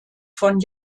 von